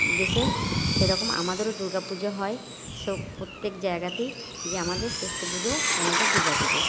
দেশে সেরকম আমাদেরও দুর্গা পুজো হয় সব পোত্যেক জায়গাতেই যে আমাদের শ্রেষ্ঠ পুজো আমাদের দুর্গা পুজো